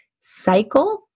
cycle